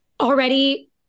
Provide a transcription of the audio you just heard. already